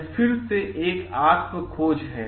यह फिर से एक आत्म खोज है